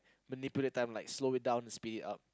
manipulate time like slowly it down or speed it up